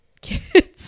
kids